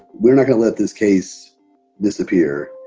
we're not gonna let this case disappear.